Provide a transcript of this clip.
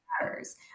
matters